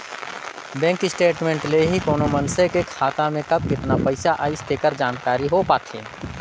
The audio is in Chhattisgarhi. बेंक स्टेटमेंट ले ही कोनो मइसने के खाता में कब केतना पइसा आइस तेकर जानकारी हो पाथे